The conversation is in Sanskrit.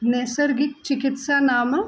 नैसर्गिकचिकित्सा नाम